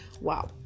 wow